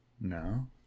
no